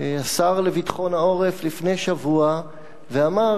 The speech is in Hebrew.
השר לביטחון העורף לפני שבוע ואמר,